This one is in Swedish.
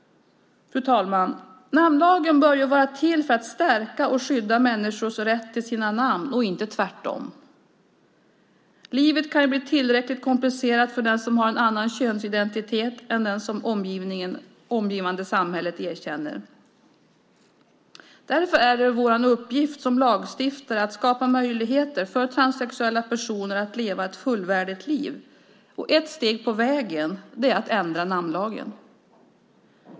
Fru talman! Namnlagen bör finnas till för att stärka och skydda människors rätt till de egna namnen, inte tvärtom. Livet kan bli tillräckligt komplicerat ändå för den som har en annan könsidentitet än den som det omgivande samhället erkänner. Därför är det vår uppgift som lagstiftare att skapa möjligheter för transsexuella personer att leva ett fullvärdigt liv. Ett steg på vägen är att ändra namnlagen.